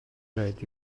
rhaid